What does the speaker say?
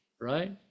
right